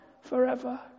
forever